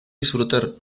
disfrutar